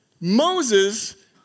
Moses